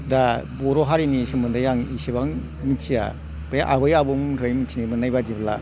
दा बर' हारिनि सोमोन्दै आं इसिबां मोनथिया बे आबै आबौमोननिफ्राय मोनथिनो मोननाय बादिब्ला